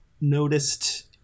noticed